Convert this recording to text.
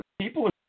People